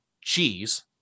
cheese